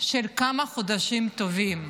של כמה חודשים טובים.